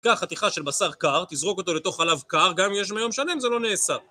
קח חתיכה של בשר קר, תזרוק אותו לתוך חלב קר, גם אם יהיה שם יום שלם זה לא נעשה.